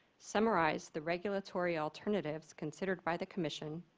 summarize the regulatory alternatives considered by the commission,